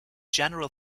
general